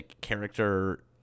character